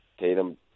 Tatum